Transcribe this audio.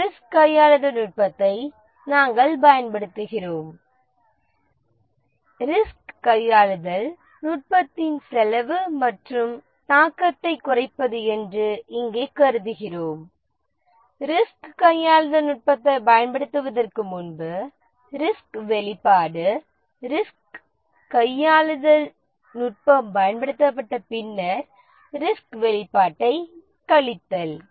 சில ரிஸ்க் கையாளுதல் நுட்பத்தை நாம் பயன்படுத்துகிறோம் ரிஸ்க் கையாளுதல் நுட்பத்தின் செலவு மற்றும் தாக்கத்தைக் குறைத்தல் தாக்கத்தை குறைப்பது என்று இங்கே கருதுகிறோம் ரிஸ்க் கையாளுதல் நுட்பத்தைப் பயன்படுத்துவதற்கு முன்பு ரிஸ்கின் வெளிப்பாடு ரிஸ்க் கையாளுதல் நுட்பம் பயன்படுத்தப்பட்ட பின்னர் ரிஸ்க் வெளிப்பாட்டைக் கழித்தல்